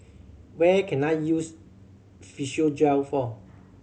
what can I use Physiogel for